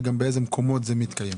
וגם באיזה מקומות זה מתקיים,